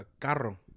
carro